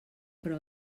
però